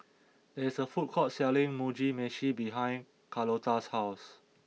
there is a food court selling Mugi Meshi behind Carlota's house